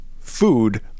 Food